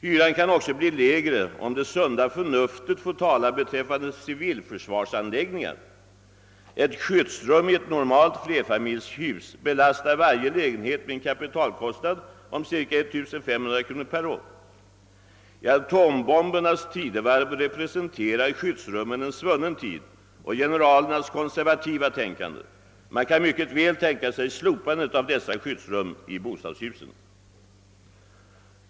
Hyran kan vidare bli lägre, om det sunda förnuftet får tala när det gäller civilförsvarsanläggningar. Ett skyddsrum i ett normalt flerfamiljshus belastar varje lägenhet med en kapitalkostnad på ca 1500 kronor per år. I atombombernas tidevarv representerar skyddsrummen en svunnen tid och generalernas konservativa tänkande. Man kan mycket väl tänka sig att slopa dessa skyddsrum i bostadshusen.